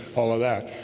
all of that